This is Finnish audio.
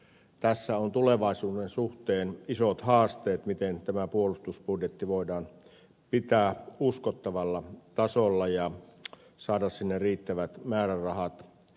tässä on tulevaisuuden suhteen isot haasteet miten tämä puolustusbudjetti voidaan pitää uskottavalla tasolla ja saada sinne riittävät määrärahat